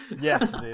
Yes